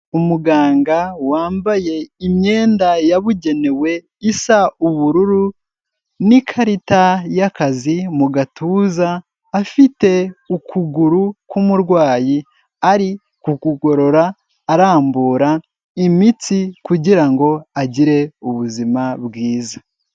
Umuganga wambaye imyenda yabugenewe isa ubururu n'ikarita y'akazi mu gatuza, afite ukuguru k'umurwayi ari kugorora arambura imitsi kugirango agire ubuzima bwiza.